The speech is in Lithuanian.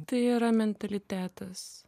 tai yra mentalitetas